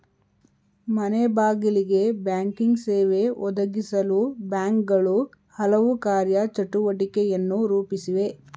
ಮನೆಬಾಗಿಲಿಗೆ ಬ್ಯಾಂಕಿಂಗ್ ಸೇವೆ ಒದಗಿಸಲು ಬ್ಯಾಂಕ್ಗಳು ಹಲವು ಕಾರ್ಯ ಚಟುವಟಿಕೆಯನ್ನು ರೂಪಿಸಿವೆ